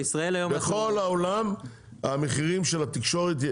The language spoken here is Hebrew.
בישראל ירדו --- בכל העולם המחירים של התקשורת,